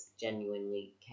genuinely